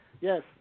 Yes